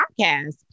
podcast